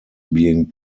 being